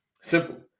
Simple